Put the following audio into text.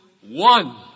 one